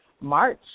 March